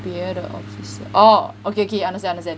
别的 officer oh okay okay understand understand